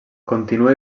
continua